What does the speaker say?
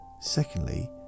Secondly